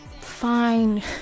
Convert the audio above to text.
Fine